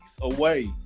away